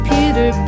Peter